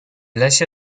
lesie